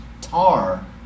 tar